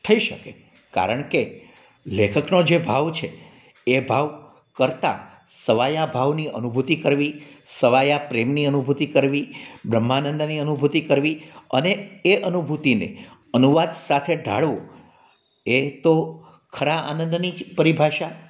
થઈ શકે કારણકે લેખકનો જે ભાવ છે એ ભાવ કરતાં સવાયા ભાવની અનુભૂતિ કરવી સવાયા પ્રેમની અનુભૂતિ કરવી બ્રહ્માનંદની અનુભૂતિ કરવી અને એ અનુભૂતિને અનુવાદ સાથે ઢાળવું એ તો ખરા આનંદની જ પરિભાષા